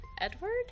Edward